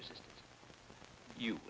resistance you